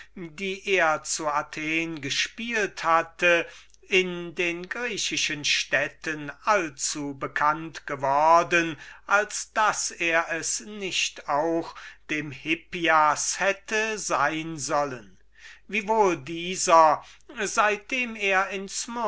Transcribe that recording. die er zu athen gespielt hatte in den griechischen städten allzubekannt worden als daß er es nicht auch dem hippias hätte sein sollen ob dieser gleich seit dem er